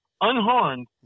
unharmed